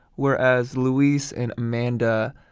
whereas luis and amanda,